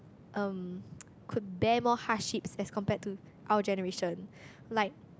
um could bear more hardships as compared to our generation like